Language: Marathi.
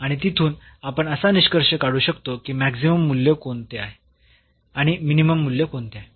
आणि तिथून आपण असा निष्कर्ष काढू शकतो की मॅक्सिमम मूल्य कोणते आहे आणि मिनिमम मूल्य कोणते आहे